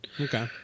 Okay